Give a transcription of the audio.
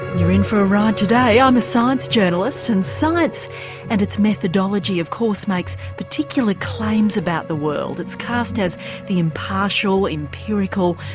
for a ride today. i'm a science journalist and science and its methodology of course makes particular claims about the world, it's cast as the impartial, empirical,